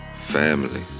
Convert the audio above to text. Family